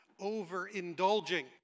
overindulging